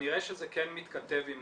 כנראה שזה כן מתכתב עם